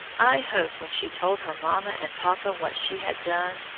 i hope when she told her mamma and papa what she had done,